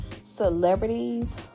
celebrities